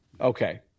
Okay